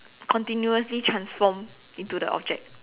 continuously transform into the object